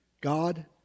God